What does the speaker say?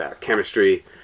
chemistry